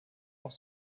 auch